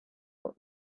what